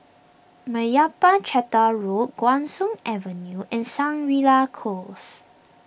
Meyappa Chettiar Road Guan Soon Avenue and Shangri La Close